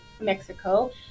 Mexico